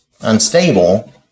unstable